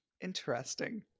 Interesting